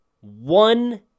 one